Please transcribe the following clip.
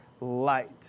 light